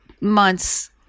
months